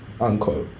unquote